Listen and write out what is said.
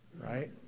right